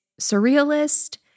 surrealist